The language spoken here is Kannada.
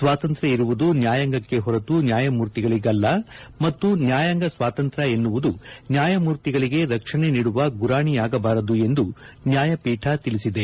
ಸ್ನಾತಂತ್ರ್ಯ ಇರುವುದು ನ್ಯಾಯಾಂಗಕ್ಕೇ ಹೊರತು ನ್ಯಾಯಮೂರ್ತಿಗಳಿಗಲ್ಲ ಮತ್ತು ನ್ಯಾಯಾಂಗ ಸ್ನಾತಂತ್ರ್ಯ ಎನ್ನುವುದು ನ್ನಾಯಮೂರ್ತಿಗಳಿಗೆ ರಕ್ಷಣೆ ನೀಡುವ ಗುರಾಣಿಯಾಗಬಾರದು ಎಂದು ನ್ನಾಯಪೀಠ ತಿಳಿಸಿದೆ